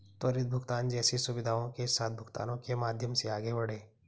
त्वरित भुगतान जैसी सुविधाओं के साथ भुगतानों के माध्यम से आगे बढ़ें